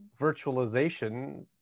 virtualization